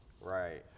Right